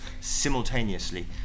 simultaneously